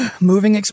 Moving